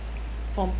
from